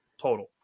total